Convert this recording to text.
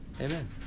amen